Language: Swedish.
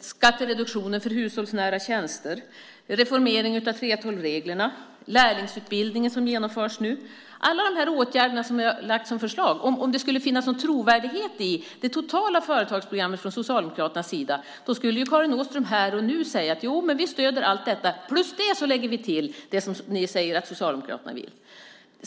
skattereduktionen för hushållsnära tjänster, reformeringen av 3:12-reglerna och lärlingsutbildningen som genomförs nu. Alla dessa åtgärder har vi lagt fram som förslag. Om det skulle finnas någon trovärdighet i det totala företagsprogrammet från Socialdemokraterna skulle Karin Åström här och nu säga att de stöder allt detta plus det som Socialdemokraterna vill.